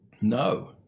no